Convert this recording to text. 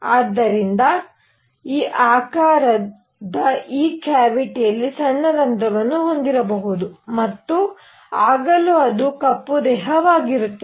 ಆದ್ದರಿಂದ ಈ ಆಕಾರದ ಈ ಕ್ಯಾವಿಟಿಯಲ್ಲಿ ಸಣ್ಣ ರಂಧ್ರವನ್ನು ಹೊಂದಿರಬಹುದು ಮತ್ತು ಆಗಲೂ ಅದು ಕಪ್ಪು ದೇಹವಾಗಿರುತ್ತದೆ